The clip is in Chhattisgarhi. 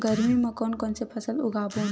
गरमी मा कोन कौन से फसल उगाबोन?